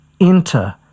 enter